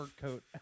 coat